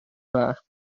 fach